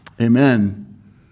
Amen